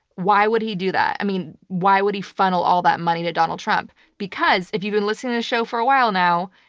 why would he do that? i mean, why would he funnel all that money to donald trump? because, if you've been listening to a show for a while now,